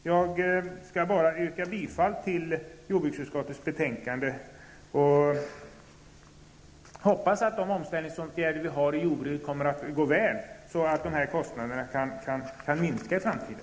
Jag vill yrka bifall till hemställan i jordbruksutskottets betänkande. Jag hoppas att omställningsåtgärderna i jordbruket går väl, så att dessa kostnader kan minska i framtiden.